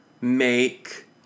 make